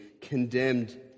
condemned